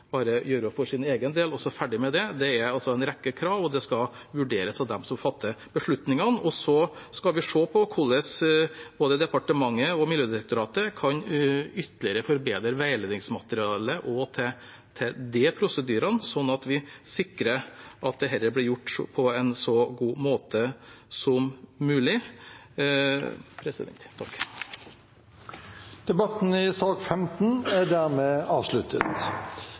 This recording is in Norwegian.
gjøre for sin egen del og så ferdig med det; det er en rekke krav, og det skal vurderes av dem som fatter beslutningene. Og så skal vi se på hvordan både departementet og Miljødirektoratet ytterligere kan forbedre veiledningsmaterialet også til de prosedyrene, slik at vi sikrer at dette blir gjort på en så god måte som mulig. Debatten i sak 15 er dermed avsluttet.